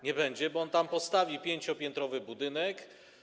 Nie będzie ich, bo on tam postawi 5-piętrowy budynek.